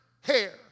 hair